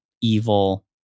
evil